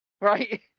Right